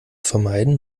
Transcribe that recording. vermeiden